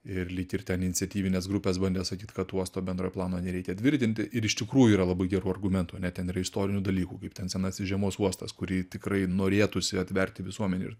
ir lyg ir ten iniciatyvinės grupės bandė sakyt kad uosto bendrojo plano nereikia tvirtinti ir iš tikrųjų yra labai gerų argumentų ane ten istorinių dalykų kaip ten senasis žiemos uostas kurį tikrai norėtųsi atverti visuomenei ir